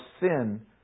sin